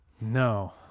No